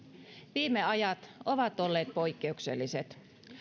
viime ajat ovat olleet poikkeukselliset